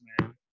man